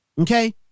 Okay